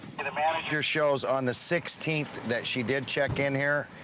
and manager shows on the sixteenth that she did check in here.